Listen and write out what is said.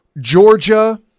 Georgia